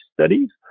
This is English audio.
studies